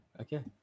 okay